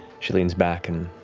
she leans back and,